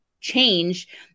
change